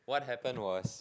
what happened was